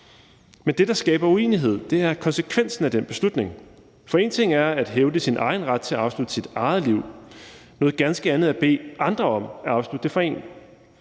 Men det, der skaber uenighed, er konsekvensen af den beslutning. For én ting er at hævde sin egen ret til at afslutte sit eget liv, noget ganske andet er at bede andre om at afslutte det for en,